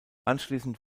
anschließend